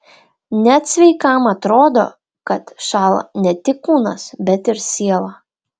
net sveikam atrodo kad šąla ne tik kūnas bet ir siela